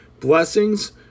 Blessings